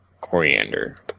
coriander